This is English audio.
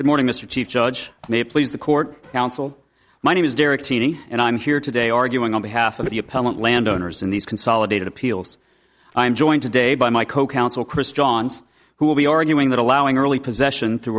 that morning mr chief judge may please the court counsel my name is derek seaney and i'm here today arguing on behalf of the appellant landowners in these consolidated appeals i'm joined today by my co counsel chris johns who will be arguing that allowing early possession through